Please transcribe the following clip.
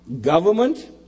government